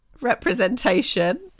Representation